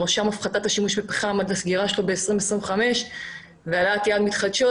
בראשם הפחתת השימוש בפחם עד הסגירה שלו ב-2025 והעלאת יעד מתחדשות,